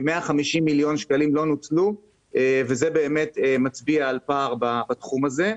כ-150 מיליון שקלים לא בוצעו וזה מצביע על הפער בתחום הזה.